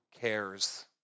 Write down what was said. cares